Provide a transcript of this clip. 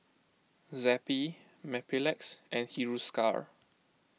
Zappy Mepilex and Hiruscar